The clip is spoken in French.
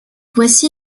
voici